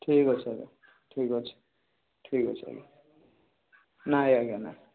ଠିକ୍ ଅଛି ଆଜ୍ଞା ଠିକ୍ ଅଛି ଠିକ୍ ଅଛି ଆଜ୍ଞା ନାହିଁ ଆଜ୍ଞା ନାହିଁ